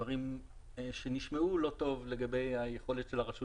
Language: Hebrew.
דברים שנשמעו לא טוב לגבי היכולת של הרשות